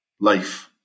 life